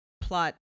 plot